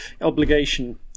obligation